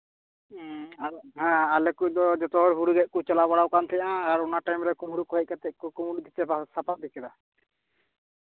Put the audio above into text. ᱦᱮᱸ ᱟᱞᱮ ᱠᱚᱫᱚ ᱡᱚᱛᱚ ᱦᱚᱲ ᱦᱩᱲᱩ ᱜᱮᱫ ᱠᱚ ᱪᱟᱞᱟᱣ ᱵᱟᱲᱟᱣ ᱠᱟᱱ ᱛᱟᱦᱮᱱᱟ ᱟᱨ ᱚᱱᱟ ᱴᱟᱭᱤᱢᱨᱮ ᱠᱩᱢᱵᱽᱲᱩ ᱠᱚ ᱦᱮᱡ ᱠᱟᱛᱮᱫ ᱠᱚ ᱠᱩᱢᱵᱽᱲᱩ ᱤᱫᱤ ᱥᱟᱯᱷᱟ ᱤᱫᱤ ᱠᱮᱫᱟ